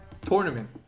tournament